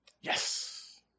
Yes